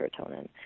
serotonin